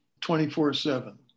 24-7